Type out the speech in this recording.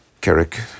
Carrick